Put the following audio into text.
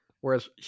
Whereas